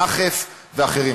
נחף ואחרים.